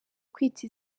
kwita